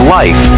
life